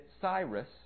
Cyrus